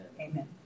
amen